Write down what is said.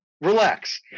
relax